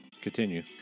Continue